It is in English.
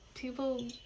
People